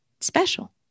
special